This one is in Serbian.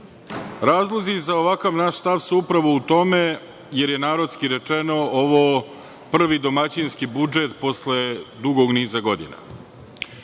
godinu. Razlozi za ovakav naš stav su upravo u tome jer je, narodski rečeno, ovo prvi domaćinski budžet posle dugog niza godina.